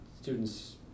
students